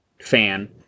fan